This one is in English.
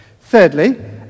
Thirdly